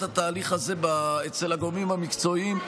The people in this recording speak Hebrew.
התהליך הזה אצל הגורמים המקצועיים,